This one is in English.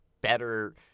better